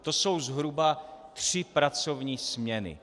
To jsou zhruba tři pracovní směny.